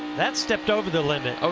that stepped over the limit.